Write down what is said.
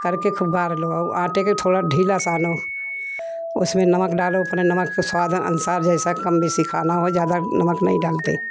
कर के ख़ूब गार लो और वो आटे के थोड़ा ढीला सानों उस में नमक डालो अपने नमक का स्वाद अनुसार जैसा कम बेशी खाना हो ज़्यादा नमक नहीं डालते